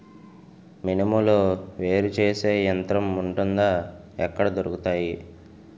మినుములు వేరు చేసే యంత్రం వుంటుందా? ఎక్కడ దొరుకుతాయి?